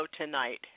tonight